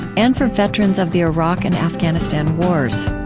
and for veterans of the iraq and afghanistan wars